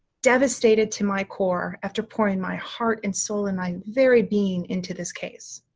devastated to my core after pouring my heart and soul and my very being into this case.